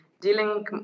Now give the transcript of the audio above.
dealing